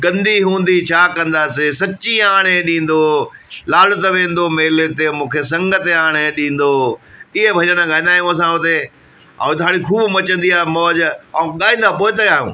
इहे भॼन ॻाईंदा आहियूं असां उते ऐं औरि धाणी ख़ूबु मचंदी आहियां मौज ऐं गाईंदा पोइते आहियूं